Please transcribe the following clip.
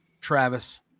travis